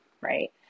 Right